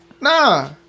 Nah